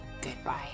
goodbye